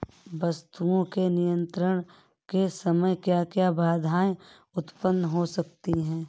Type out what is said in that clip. वस्तुओं के निर्यात के समय क्या क्या बाधाएं उत्पन्न हो सकती हैं?